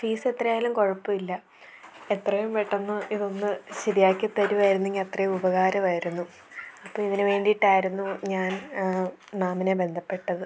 ഫീസെത്രയായാലും കുഴപ്പം ഇല്ല എത്രയും പെട്ടെന്ന് ഇതൊന്ന് ശരിയാക്കി തരുമായിരുന്നെങ്കിൽ അത്രയും ഉപകാരമായിരുന്നു അപ്പം ഇതിന് വേണ്ടിയിട്ടായിരുന്നു ഞാൻ മാമിനെ ബന്ധപ്പെട്ടത്